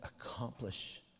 accomplish